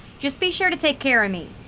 just be sure to take care of me.